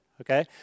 okay